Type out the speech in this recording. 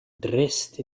dressed